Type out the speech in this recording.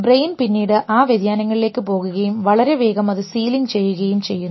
brain പിന്നീട് ആ വ്യതിയാനങ്ങളിലേക്ക് പോകുകയും വളരെ വേഗം അതു സീലിങ് ചെയ്യുന്നു